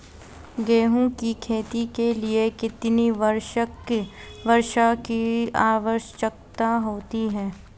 गेहूँ की खेती के लिए कितनी वार्षिक वर्षा की आवश्यकता होती है?